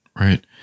Right